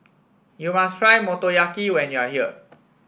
you must try Motoyaki when you are here